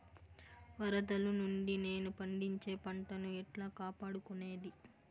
వరదలు నుండి నేను పండించే పంట ను ఎట్లా కాపాడుకునేది?